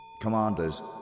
Commanders